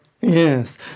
Yes